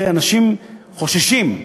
אנשים חוששים.